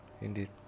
indeed